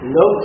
no